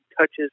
touches